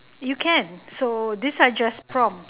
you can so these are just prompts